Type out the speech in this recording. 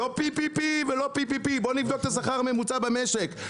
לא ppp זה לא ppp בוא נבדוק את השכר הממוצע במשק,